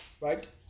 right